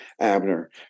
Abner